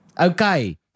Okay